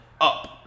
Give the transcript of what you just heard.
up